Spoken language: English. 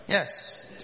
Yes